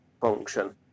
function